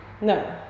No